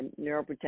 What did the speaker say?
neuroprotective